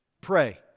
Pray